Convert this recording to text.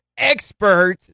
expert